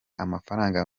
amafaranga